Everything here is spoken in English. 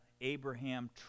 Abraham